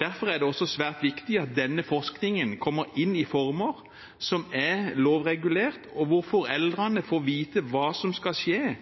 Derfor er det også svært viktig at denne forskningen kommer inn i former som er lovregulert, og at foreldrene får vite hva som skal skje